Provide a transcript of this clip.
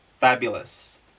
fabulous